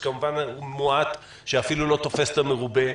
שכמובן הוא מועט שאפילו לא תופס את המרובה.